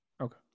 okay